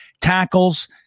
tackles